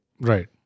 Right